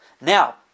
Now